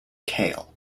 kale